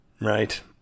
right